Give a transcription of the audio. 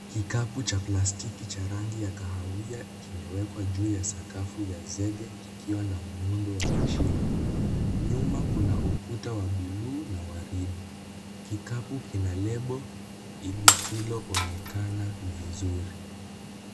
Kikapu cha plastiki cha rangi ya kahawia kimewekwa juu ya sakafu ya zege kikiwa na muundo wa mashimo. Nyuma kuna ukuta wa bluu na waridi. Kikapu kina lebo lisiloonekana vizuri.